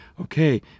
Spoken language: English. okay